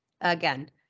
again